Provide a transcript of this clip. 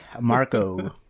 marco